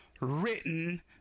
written